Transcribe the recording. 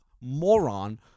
moron